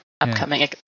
upcoming